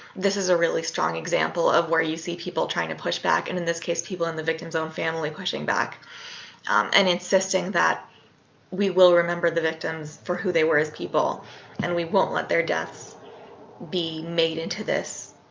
this is a really strong example of where you see people trying to push back and in this case people and the victim's own family pushing back and insisting that we will remember the victims for who they were as people and we won't let their deaths be made into this